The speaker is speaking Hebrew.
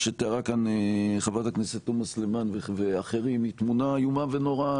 שתיארה חברת הכנסת תומא סלימאן ואחרים היא תמונה איומה ונוראה,